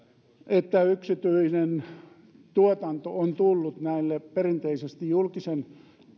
että yksityinen tuotanto on tullut näille perinteisesti julkisen